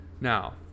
Now